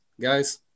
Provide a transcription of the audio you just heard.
guys